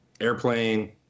airplane